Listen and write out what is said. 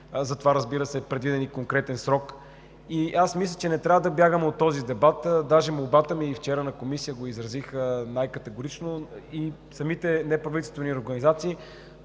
за това, разбира се, е предвиден и конкретен срок. Аз мисля, че не трябва да бягаме от този дебат, даже вчера на комисия го изразих най-категорично – самите неправителствени организации